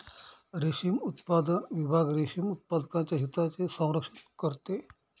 रेशीम उत्पादन विभाग रेशीम उत्पादकांच्या हितांचे संरक्षण करते